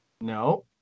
No